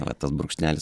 na tas brūkšnelis